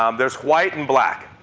um there's white and black.